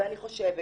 ואני חושבת